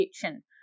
kitchen